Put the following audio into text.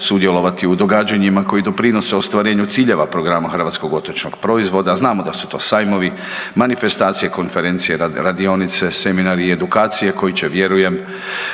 sudjelovati u događanjima koji doprinose ostvarenju ciljeva programa hrvatskog otočnog proizvoda, a znamo da su to sajmovi, manifestacije, konferencije, radionice, seminari i edukacije koji će, vjeruje,